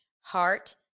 heart